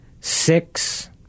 six